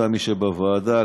מי שבוועדה,